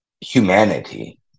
humanity